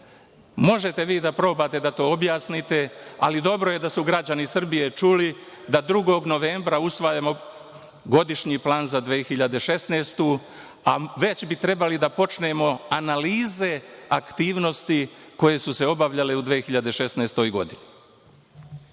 traje. Možete vi da probate da to objasnite, ali dobro je da su građani Srbije čuli da 2. novembra usvajamo godišnji plan za 2016. godinu, a već bi trebali da počnemo analize aktivnosti koje su se obavljale u 2016. godini.